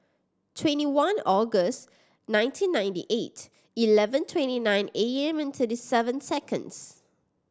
twenty one August nineteen ninety eight eleven twenty nine A M and thirty seven seconds